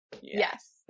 Yes